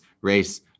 race